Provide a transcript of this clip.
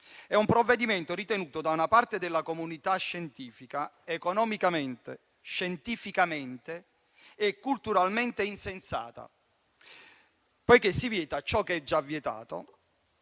È un provvedimento ritenuto da una parte della comunità scientifica economicamente, scientificamente e culturalmente insensato, poiché si vieta ciò che è già vietato,